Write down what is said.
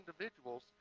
individuals